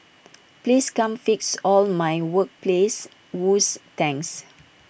please come fix all my workplace woes thanks